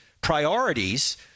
priorities